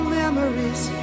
memories